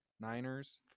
Niners